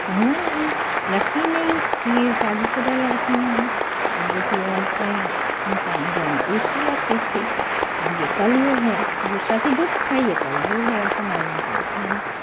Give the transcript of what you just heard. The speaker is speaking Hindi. न कंगन है लगती ही नहीं ये शादी शुदा लड़कियां हैं पहले की औरतें इंसान दोनों एक से लगते थे अभी ये कलयुग है वो सतयुग था ये कलयुग है ऐसा मालूम चलता है